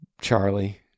Charlie